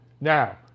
Now